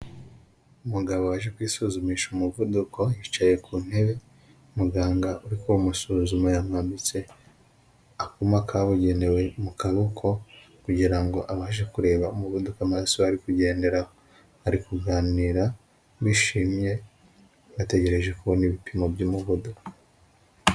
Umugabo waje kwisuzumisha umuvuduko yicaye ku ntebe, muganga uri kumusuzuma yamwambitse akuma kabugenewe mu kaboko, kugira ngo abashe kureba umuvuduko w'amaraso ari kugenderaho. Bari kuganira bishimye, bategereje kubona ibipimo by'umuvudo.